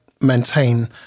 maintain